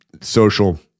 social